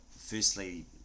firstly